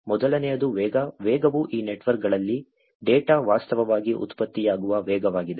ಮೊದಲನೆಯದು ವೇಗ ವೇಗವು ಈ ನೆಟ್ವರ್ಕ್ಗಳಲ್ಲಿ ಡೇಟಾ ವಾಸ್ತವವಾಗಿ ಉತ್ಪತ್ತಿಯಾಗುವ ವೇಗವಾಗಿದೆ